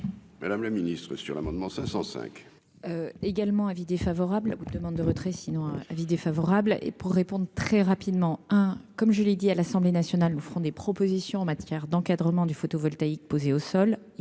Madame la Ministre, sur l'amendement 505. également avis défavorable à votre demande de retrait sinon avis défavorable et, pour répondre très rapidement, hein, comme je l'ai dit à l'Assemblée Nationale nous ferons des propositions en matière d'encadrement du photovoltaïque posé au sol